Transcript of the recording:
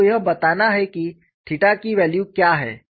आपको यह बताना है कि थीटा की वैल्यू क्या है